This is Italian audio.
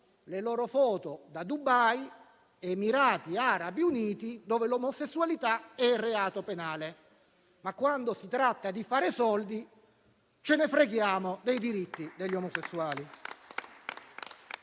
le loro foto da Dubai, dagli Emirati Arabi Uniti, dove l'omosessualità è reato penale, ma quando si tratta di fare soldi ce ne freghiamo dei diritti degli omosessuali